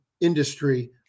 industry